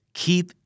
keep